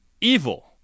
Evil